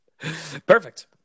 Perfect